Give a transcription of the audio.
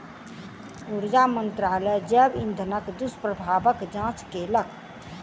ऊर्जा मंत्रालय जैव इंधनक दुष्प्रभावक जांच केलक